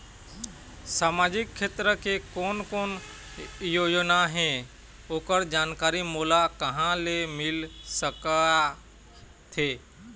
सामाजिक क्षेत्र के कोन कोन योजना हे ओकर जानकारी मोला कहा ले मिल सका थे?